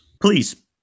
Please